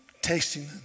tasting